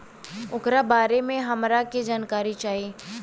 ओकरा बारे मे हमरा के जानकारी चाही?